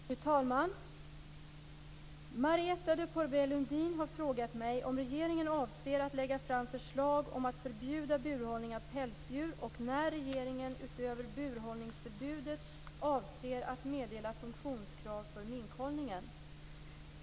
Fru talman! Marietta de Pourbaix-Lundin har frågat mig om regeringen avser att lägga fram förslag om att förbjuda burhållning av pälsdjur och när regeringen, utöver burhållningsförbudet, avser att meddela funktionskrav för minkhållningen.